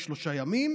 יצא שלילי,